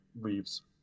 leaves